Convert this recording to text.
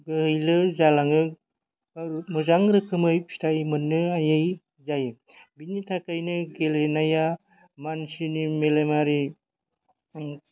गोहैलो जालाङो आरो मोजां रोखोमै फिथाइ मोननो हायै जायो बिनि थाखायनो गेलेनाया मानसिनि मेलेमारि